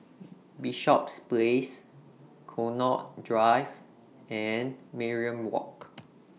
Bishops Place Connaught Drive and Mariam Walk